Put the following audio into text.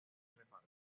reparto